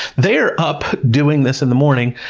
they are up doing this in the morning,